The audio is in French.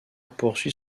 poursuit